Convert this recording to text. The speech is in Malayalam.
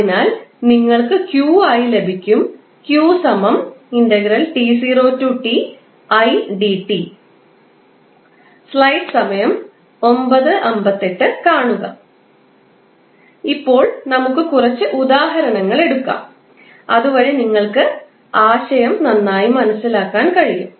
അതിനാൽ നിങ്ങൾക്ക് Q ആയി ലഭിക്കും ഇപ്പോൾ നമുക്ക് കുറച്ച് ഉദാഹരണങ്ങൾ എടുക്കാം അതുവഴി നിങ്ങൾക്ക് ആശയം നന്നായി മനസ്സിലാക്കാൻ കഴിയും